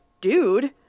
dude